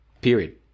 Period